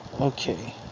Okay